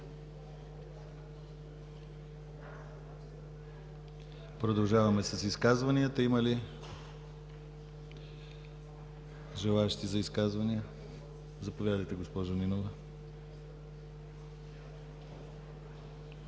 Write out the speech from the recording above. Продължаваме с изказванията. Има ли желаещи за изказване? Заповядайте, госпожо Нинова.